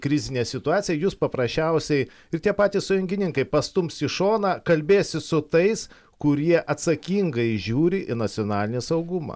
krizinė situacija jus paprasčiausiai ir tie patys sąjungininkai pastums į šoną kalbėsis su tais kurie atsakingai žiūri į nacionalinį saugumą